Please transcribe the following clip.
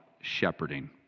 shepherding